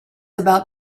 about